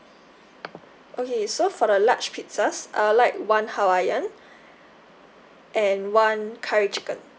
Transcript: okay so for the large pizzas I'll like one hawaiian and one curry chicken